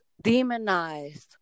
demonized